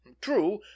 True